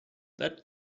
that